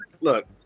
look